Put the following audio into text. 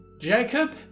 Jacob